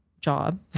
job